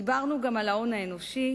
דיברנו גם על ההון האנושי,